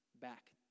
back